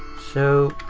so.